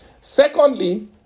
Secondly